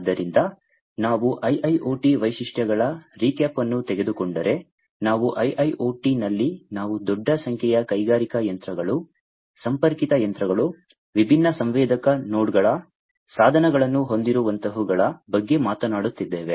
ಆದ್ದರಿಂದ ನಾವು IIoT ವೈಶಿಷ್ಟ್ಯಗಳ ರೀಕ್ಯಾಪ್ ಅನ್ನು ತೆಗೆದುಕೊಂಡರೆ ನಾವು IIoT ನಲ್ಲಿ ನಾವು ದೊಡ್ಡ ಸಂಖ್ಯೆಯ ಕೈಗಾರಿಕಾ ಯಂತ್ರಗಳು ಸಂಪರ್ಕಿತ ಯಂತ್ರಗಳು ವಿಭಿನ್ನ ಸಂವೇದಕ ನೋಡ್ಗಳ ಸಾಧನಗಳನ್ನು ಹೊಂದಿರುವಂತಹವುಗಳ ಬಗ್ಗೆ ಮಾತನಾಡುತ್ತಿದ್ದೇವೆ